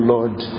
Lord